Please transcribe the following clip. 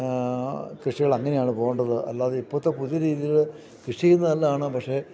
കൃഷികൾ അങ്ങനെയാണ് പോകേണ്ടത് അല്ലാതെ ഇപ്പോഴത്തെ പുതിയ രീതിയിൽ കൃഷിയും നല്ലതാണ് പക്ഷേ